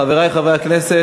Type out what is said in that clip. חברי חברי הכנסת,